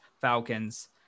Falcons